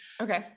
Okay